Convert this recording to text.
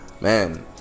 man